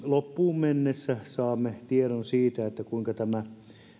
loppuun mennessä saamme tiedon siitä kuinka tämä